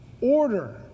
Order